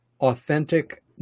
authentic